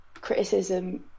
criticism